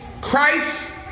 Christ